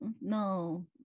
no